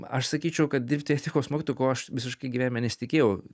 aš sakyčiau kad dirbti etikos mokytoju ko aš visiškai gyvenime nesitikėjau